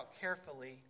carefully